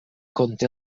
conté